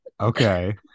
Okay